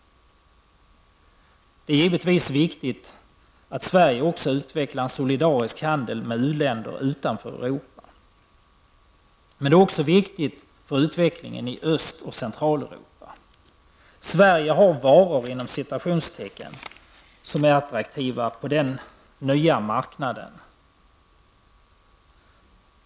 Det är givetvis viktigt att Sverige också utvecklar en solidarisk handel med u-länder utanför Europa. Men det är också viktigt för utvecklingen i Öst och Centraleuropa. Sverge har ''varor'' som är attraktiva på denna nya marknad.